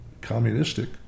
communistic